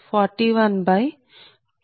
175109